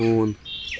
ہوٗن